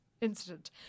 incident